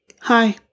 Hi